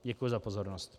Děkuji za pozornost.